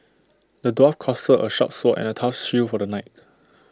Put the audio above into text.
the dwarf crafted A sharp sword and A tough shield for the knight